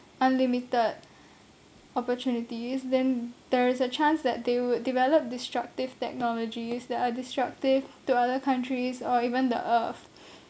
unlimited opportunities then there is a chance that they would develop disruptive technologies that are disruptive to other countries or even the earth